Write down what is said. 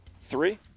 Three